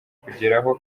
kugeraho